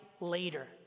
later